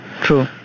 True